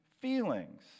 feelings